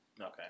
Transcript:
Okay